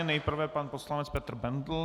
Nejprve pan poslanec Petr Bendl.